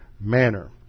manner